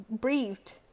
breathed